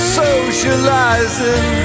socializing